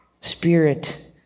Spirit